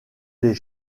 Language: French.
les